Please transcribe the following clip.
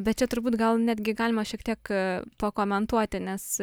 bet čia turbūt gal netgi galima šiek tiek pakomentuoti nes